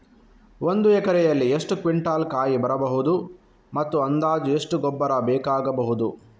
ಒಂದು ಎಕರೆಯಲ್ಲಿ ಎಷ್ಟು ಕ್ವಿಂಟಾಲ್ ಕಾಯಿ ಬರಬಹುದು ಮತ್ತು ಅಂದಾಜು ಎಷ್ಟು ಗೊಬ್ಬರ ಬೇಕಾಗಬಹುದು?